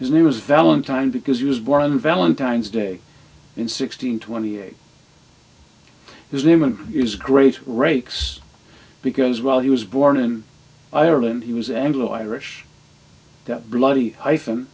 his name was valentine because he was born in valentine's day in six hundred twenty eight his name and is great rakes because well he was born in ireland he was anglo irish bloody hyphen